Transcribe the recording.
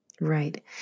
Right